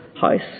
house